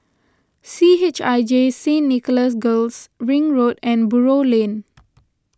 C H I J Saint Nicholas Girls Ring Road and Buroh Lane